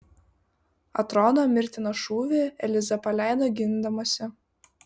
atrodo mirtiną šūvį eliza paleido gindamasi